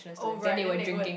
oh right then they go and